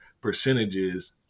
percentages